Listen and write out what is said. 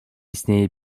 istnieje